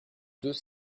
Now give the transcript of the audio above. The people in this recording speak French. deux